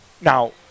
Now